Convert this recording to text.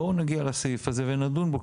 בואו נגיע לסעיף הזה ונדון בו.